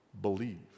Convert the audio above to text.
believe